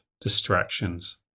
distractions